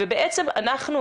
ובעצם אנחנו,